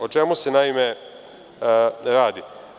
O čemu se naime radi?